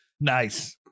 Nice